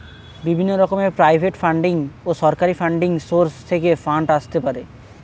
বিভিন্ন রকমের private funding ও সরকারি ফান্ডিং সোর্স থেকে ফান্ড আসতে পারে